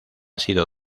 sido